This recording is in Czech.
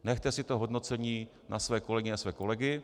Nechte si to hodnocení na své kolegy, na své kolegyně.